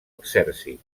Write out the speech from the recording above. exèrcit